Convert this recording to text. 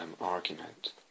argument